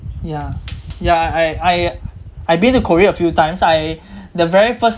yeah yeah I I I've been to korea a few times I the very first